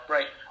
Right